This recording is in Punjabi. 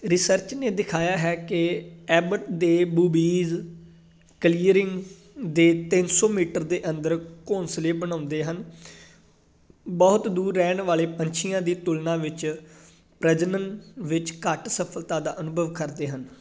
ਰਿਸਰਚ ਨੇ ਦਿਖਾਇਆ ਹੈ ਕਿ ਐਬਟ ਦੇ ਬੂਬੀਜ਼ ਕਲੀਅਰਿੰਗ ਦੇ ਤਿੰਨ ਮੀਟਰ ਦੇ ਅੰਦਰ ਘੋਂਸਲੇ ਬਣਾਉਂਦੇ ਹਨ ਬਹੁਤ ਦੂਰ ਰਹਿਣ ਵਾਲੇ ਪੰਛੀਆਂ ਦੀ ਤੁਲਨਾ ਵਿੱਚ ਪ੍ਰਜਨਨ ਵਿੱਚ ਘੱਟ ਸਫ਼ਲਤਾ ਦਾ ਅਨੁਭਵ ਕਰਦੇ ਹਨ